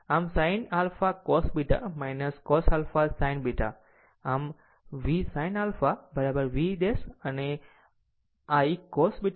આમ sin α cos β cos α sin β આમ V sin α V ' અનેr I cos β I